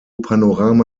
panorama